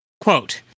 Quote